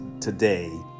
today